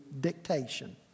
dictation